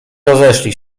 rozeszli